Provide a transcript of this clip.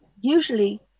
usually